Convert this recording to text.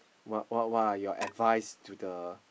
what what what are your advice to the